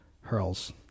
hurls